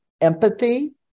empathy